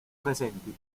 presenti